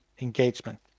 engagement